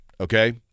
okay